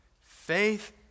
Faith